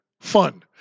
fun